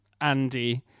andy